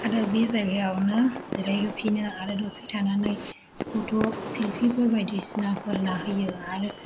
आरो बे जायगायावनो जिराय होफिनो आरो दसे थानानै फथ' सेलफिफोर बायदि बायदिसिनाफोर लाहोयो आरो